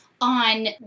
on